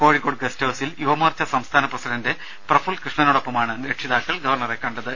Kozhikode guest ഹൌസിൽ യുവമോർച്ചാ സംസ്ഥാന president പ്രഫുൽകൃഷ്ണനൊടൊപ്പമാണ് രക്ഷിതാക്കൾ ഗവർണറെ കണ്ടത്